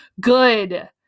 Good